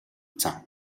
зан